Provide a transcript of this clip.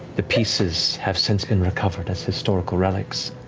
the pieces have since been recovered as historical relics,